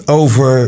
over